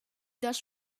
dust